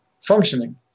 functioning